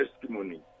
testimony